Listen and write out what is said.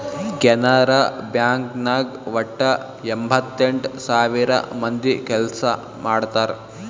Canara bank ನಾಗ್ ವಟ್ಟ ಎಂಭತ್ತೆಂಟ್ ಸಾವಿರ ಮಂದಿ ಕೆಲ್ಸಾ ಮಾಡ್ತಾರ್